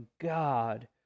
God